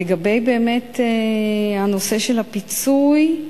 לגבי הנושא של הפיצוי,